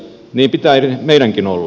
niin pitää meidänkin olla